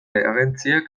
agentziek